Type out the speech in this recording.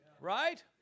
Right